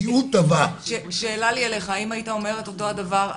למד תואר שני,